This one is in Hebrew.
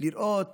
לראות